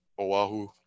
Oahu